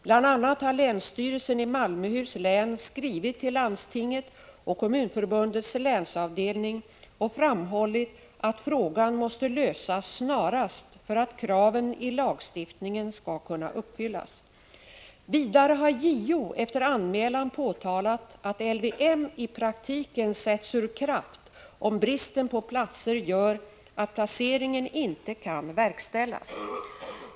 Bl.a. har länsstyrelsen i Malmöhus län skrivit till landstinget och Kommunförbundets länsavdelning och framhållit att frågan måste lösas snarast för att kraven i lagstiftningen skall kunna uppfyllas. Vidare har JO efter en anmälan påtalat att LVM i praktiken sätts ur kraft om bristen på platser gör att placeringen inte kan verkställas.